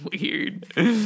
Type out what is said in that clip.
weird